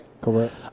Correct